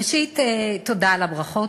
ראשית, תודה על הברכות,